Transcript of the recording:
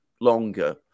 longer